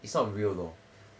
it's not real lor